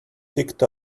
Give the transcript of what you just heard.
ticked